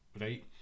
right